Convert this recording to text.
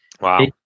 Wow